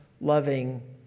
loving